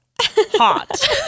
hot